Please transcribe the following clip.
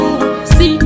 See